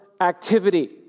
activity